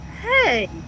Hey